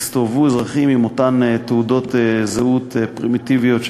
יסתובבו אזרחים עם אותן תעודות זהות פרימיטיביות,